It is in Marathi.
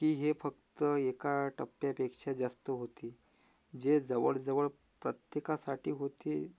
की हे फक्त एका टप्प्यापेक्षा जास्त होती जे जवळजवळ प्रत्येकासाठी होते